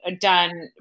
done